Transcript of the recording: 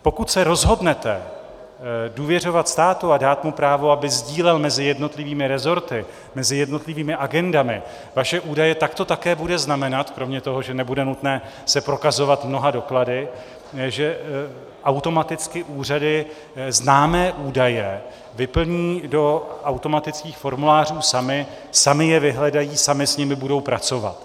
Pokud se rozhodnete důvěřovat státu a dát mu právo, aby sdílel mezi jednotlivými resorty, mezi jednotlivými agendami vaše údaje, tak to také bude znamenat, kromě toho, že nebude nutné se prokazovat mnoha doklady, že automaticky úřady známé údaje vyplní do automatických formulářů samy, samy je vyhledají, samy s nimi budou pracovat.